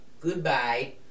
goodbye